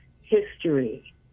history